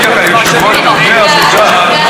בוודאי, לא, אבל שמעתי את הדברים שלך.